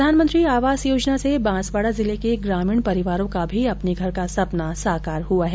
प्रधानमंत्री आवास योजना से बांसवाडा जिले के ग्रामीण परिवारों का भी अपने घर का सपना साकार हुआ है